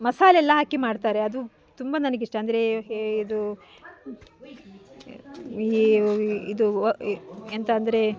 ಮಸಾಲೆ ಎಲ್ಲ ಹಾಕಿ ಮಾಡ್ತಾರೆ ಅದು ತುಂಬ ನನಗಿಷ್ಟ ಅಂದರೆ ಇದು ಈ ಇದು ವ ಎಂಥ ಅಂದರೆ